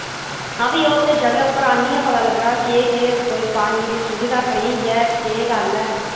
हां फ्ही उत्थे जगहे उप्पर आह्निये पता लग्गना केह् केह् कोई पानियै दी सुविधा कनेही ऐ केह् गल्ल ऐ